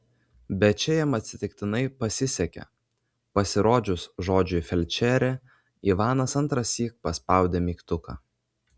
bet čia jam atsitiktinai pasisekė pasirodžius žodžiui felčerė ivanas antrąsyk paspaudė mygtuką